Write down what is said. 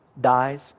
dies